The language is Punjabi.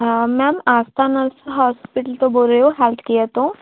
ਮੈਮ ਆਸਥਾ ਨਰਸ ਹੋਸਪੀਟਲ ਤੋਂ ਬੋਲ ਰਹੇ ਹੋ ਹੈਲਥ ਕੇਅਰ ਤੋਂ